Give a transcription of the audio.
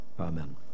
Amen